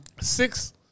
Six